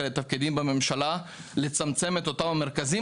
לתפקידים בממשלה לצמצם את אותם מרכזים.